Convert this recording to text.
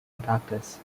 practice